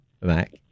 Mac